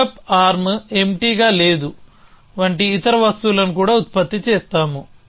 pickup arm empty గా లేదు వంటి ఇతర వస్తువులను కూడా ఉత్పత్తి చేస్తాము